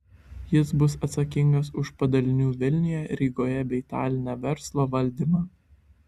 jis bus atsakingas už padalinių vilniuje rygoje bei taline verslo valdymą